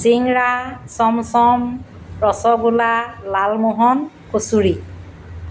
চিংৰা চমচম ৰছগোল্লা লালমোহন কচুৰি